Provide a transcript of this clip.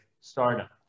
startup